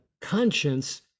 conscience